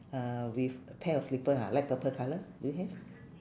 uh with a pair of slipper ha light purple colour do you have